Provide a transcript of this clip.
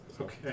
Okay